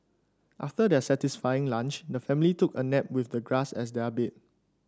after their satisfying lunch the family took a nap with the grass as their bed